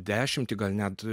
dešimtį gal net